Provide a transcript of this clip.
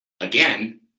Again